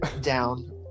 down